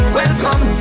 welcome